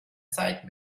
zeit